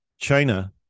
China